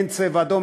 אין "צבע אדום",